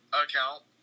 account